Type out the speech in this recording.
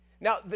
Now